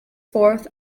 fourth